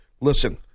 listen